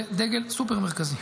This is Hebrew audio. זה דגל סופר-מרכזי.